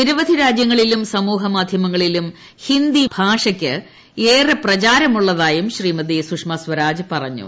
നിരവധി രാജ്യങ്ങളിലും സമൂഹ മാധ്യമങ്ങളിലും ഹിന്ദി ഭാഷയ്ക്ക് ഏറെ പ്രചാരമുള്ളതായും ശ്രീമതി സ്വരാജ് പറഞ്ഞു